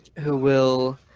who will